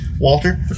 Walter